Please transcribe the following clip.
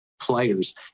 players